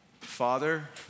Father